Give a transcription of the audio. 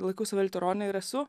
laikau save liuterone ir esu